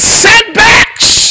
setbacks